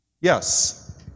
Yes